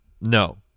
No